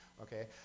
Okay